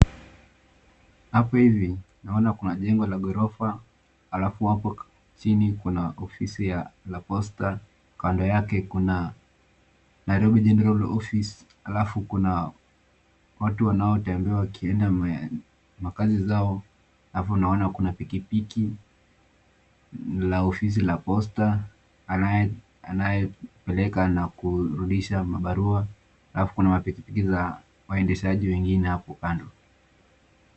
Hapa hivi naona kuna jengo la ghorofa, alafu hapo chini kuna ofisi ya la Posta. Kando yake kuna Nairobi General Office, alafu kuna watu wanao tembea wakienda makazi zao. Alafu unaona kuna pikipiki la ofisi la Posta anaye peleka na kurudisha mabarua. Alafu kuna mapikipiki za waendeshaaji wengine hapo kando.